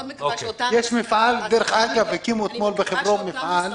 דרך אגב, הקימו אתמול בחברון מפעל.